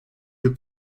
you